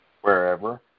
wherever